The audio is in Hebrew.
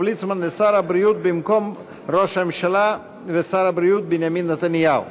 ליצמן לשר הבריאות במקום ראש הממשלה ושר הבריאות בנימין נתניהו.